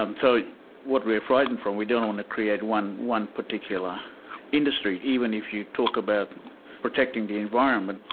um so what we're frightened for, we don't want to create one one particular industry, even if you talk about protecting the environment,